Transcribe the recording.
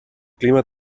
clima